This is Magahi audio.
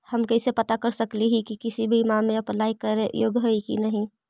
हम कैसे पता कर सकली हे की हम किसी बीमा में अप्लाई करे योग्य है या नही?